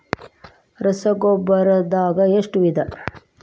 ರಸಗೊಬ್ಬರ ನಾಗ್ ಎಷ್ಟು ವಿಧ?